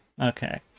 Okay